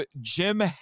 Jim